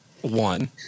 one